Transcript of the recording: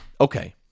Okay